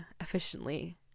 efficiently